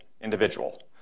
individual